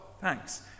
thanks